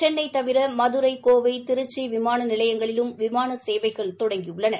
சென்னை தவிர மதுரை கோவை திருச்சி விமான நிலையங்களுக்கும் விமான சேவைகள் தொடங்கியுள்ளன